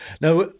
Now